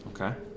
Okay